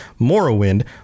morrowind